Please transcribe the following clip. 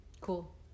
cool